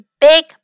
big